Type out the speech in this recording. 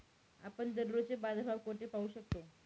आपण दररोजचे बाजारभाव कोठे पाहू शकतो?